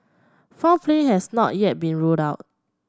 foul play has not yet been ruled out